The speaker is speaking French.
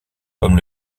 comme